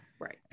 Right